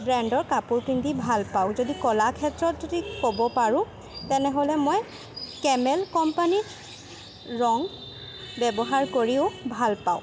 ব্ৰেণ্ডৰ কাপোৰ পিন্ধি ভাল পাওঁ যদি কলা ক্ষেত্ৰত যদি ক'ব পাৰোঁ তেনেহ'লে মই কেমেল কোম্পানী ৰং ব্যৱহাৰ কৰিও ভাল পাওঁ